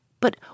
But